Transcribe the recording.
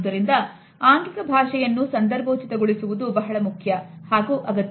ಆದುದರಿಂದ ಆಂಗಿಕ ಭಾಷೆಯನ್ನು ಸಂದರ್ಭೋಚಿತ ಗೊಳಿಸುವುದು ಬಹಳ ಮುಖ್ಯ ಹಾಗೂ ಅಗತ್ಯ